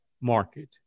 market